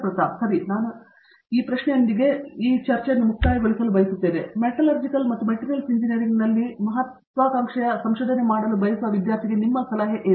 ಪ್ರತಾಪ್ ಹರಿಡೋಸ್ ಸರಿ ನಾನು ನಿಮಗಾಗಿ ಈ ಪ್ರಶ್ನೆಯೊಂದಿಗೆ ಮುಕ್ತಾಯಗೊಳಿಸಲು ಬಯಸುತ್ತೇನೆ ಮೆಟಲರ್ಜಿಕಲ್ ಮತ್ತು ಮೆಟೀರಿಯಲ್ಸ್ ಇಂಜಿನಿಯರಿಂಗ್ನಲ್ಲಿ ಮಹತ್ವಾಕಾಂಕ್ಷೆಯ ವಿದ್ಯಾರ್ಥಿಗೆ ನಿಮ್ಮ ಸಲಹೆ ಏನು